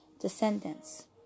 descendants